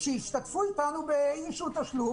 שישתתפו אתנו באיזשהו תשלום,